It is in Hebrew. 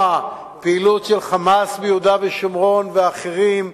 פעילות של "חמאס" ביהודה ושומרון ואחרים,